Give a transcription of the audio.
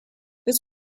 this